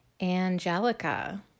Angelica